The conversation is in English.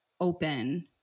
open